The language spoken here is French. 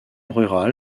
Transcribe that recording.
rurale